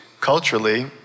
culturally